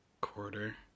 quarter